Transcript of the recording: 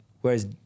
Whereas